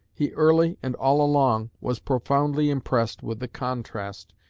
he early and all along was profoundly impressed with the contrast,